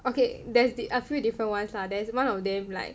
okay there's the a few different ones lah there is one of them like